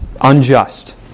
unjust